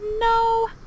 No